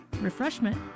refreshment